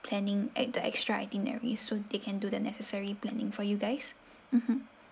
planning ex~ the extra itinerary so they can do the necessary planning for you guys mmhmm